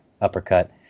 uppercut